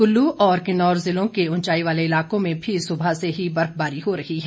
कुल्लू और किन्नौर जिले के उंचाई वाले इलाकों में भी सुबह से ही बर्फबारी हो रही है